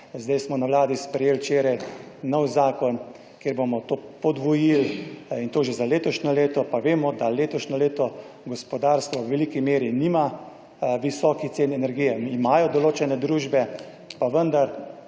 zdaj smo na Vladi sprejeli včeraj nov zakon, kjer bomo to podvojili in to že za letošnje leto, pa vemo, da letošnje leto gospodarstvo v veliki meri nima visokih cen energije, imajo določene družbe, pa vendar